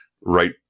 Right